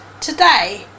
today